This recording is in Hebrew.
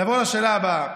נעבור לשאלה הבאה: